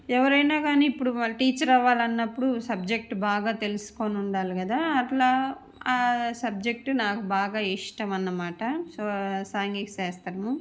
ఎవరైనా గానీ ఇప్పుడు వాళ్ళు టీచర్ అవ్వాలన్నప్పుడు సబ్జెక్ట్ బాగా తెలుసుకొని ఉండాలి గదా అట్లా ఆ సబ్జెక్టు నాకు బాగా ఇష్టం అన్నమాట సో సాంఘీక శాస్త్రము